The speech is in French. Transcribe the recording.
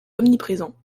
omniprésent